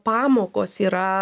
pamokos yra